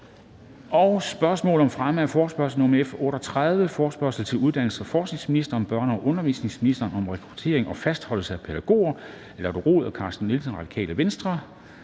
7) Spørgsmål om fremme af forespørgsel nr. F 39: Forespørgsel til uddannelses- og forskningsministeren og børne- og undervisningsministeren om rekruttering og fastholdelse af pædagoger. Af Lotte Rod (RV) og Sofie Carsten